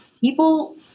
people